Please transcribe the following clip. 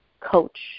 coach